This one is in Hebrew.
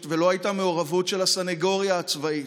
ולא הייתה מעורבות של הסניגוריה הצבאית.